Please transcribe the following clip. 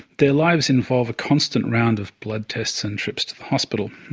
their lives involve a constant round of blood tests and trips to the hospital.